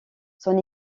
son